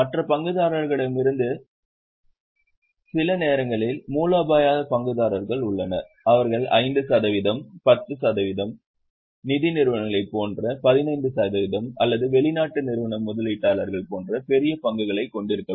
மற்ற பங்குதாரர்களிடமிருந்தும் சில நேரங்களில் மூலோபாய பங்குதாரர்கள் உள்ளனர் அவர்கள் 5 சதவிகிதம் 10 சதவிகிதம் நிதி நிறுவனங்களைப் போன்ற 15 சதவிகிதம் அல்லது வெளிநாட்டு நிறுவன முதலீட்டாளர்களைப் போன்ற பெரிய பங்குகளைக் கொண்டிருக்கலாம்